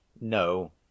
No